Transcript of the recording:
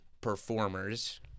performers